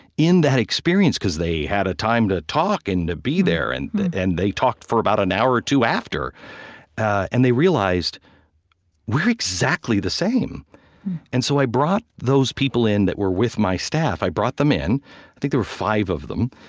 in that experience because they had a time to talk and to be there, and and they talked for about an hour or two after and they realized we're exactly the same and so i brought those people in that were with my staff. i brought them in. i think there were five of them,